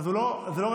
אז זה לא רלוונטי.